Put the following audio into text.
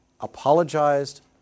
Apologized